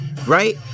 Right